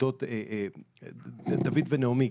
דוד ונעמי,